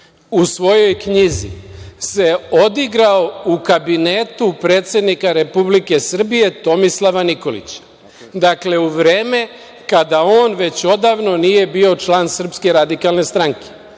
u svojoj knjizi se odigrao u Kabinetu predsednika Republike Srbije Tomislava Nikolića, dakle u vreme kada on već odavno nije bio član SRS. Ja ću vas